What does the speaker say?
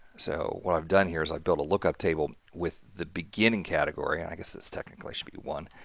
so, what i've done here is i built a lookup table with the beginning category and i guess it's technically should be one.